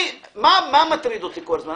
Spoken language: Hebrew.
מה מטריד אותי כל הזמן?